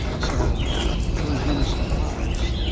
so it was no surprise.